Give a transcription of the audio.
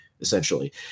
essentially